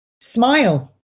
smile